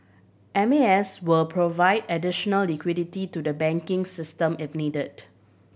M A S will provide additional liquidity to the banking system if needed